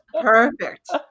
Perfect